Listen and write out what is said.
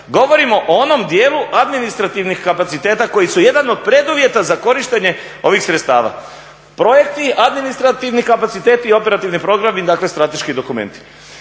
govorimo o onom dijelu administrativnih kapaciteta koji su jedan od preduvjeta za korištenje ovih sredstava. Projekti, administrativni kapaciteti i operativni programi, dakle strateški dokumenti.